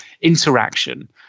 interaction